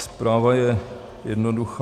Zpráva je jednoduchá.